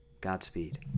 Godspeed